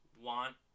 want